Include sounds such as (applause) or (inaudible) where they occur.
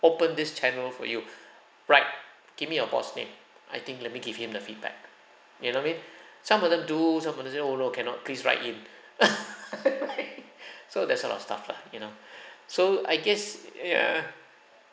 open this channel for you (breath) right give me your boss name I think let me give him the feedback you know maybe (breath) some of them do some of them say oh cannot please write in (breath) (laughs) (breath) so that sort of stuff lah you know (breath) so I guess ya